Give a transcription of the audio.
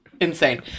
insane